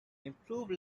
improve